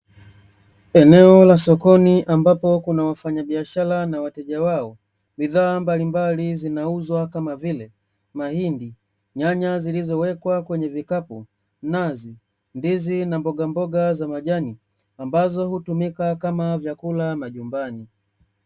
Eneo la sokoni ambapo kuna wafanyabiashara na wateja wao, bidhaa mbalimbali zinauzwa kama vile: mahindi, nyanya zilizowekwa kwenye vikapu, nazi, ndizi na mbogamboga za majani, ambazo hutumika kama vyakula majumbani.